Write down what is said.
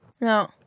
No